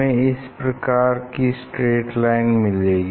हमें इस प्रकार की स्ट्रैट लाइन मिलेगी